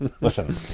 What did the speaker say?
listen